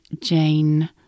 Jane